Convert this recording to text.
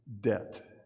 debt